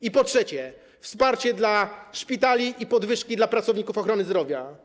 I po czwarte, wsparcie dla szpitali i podwyżki dla pracowników ochrony zdrowia.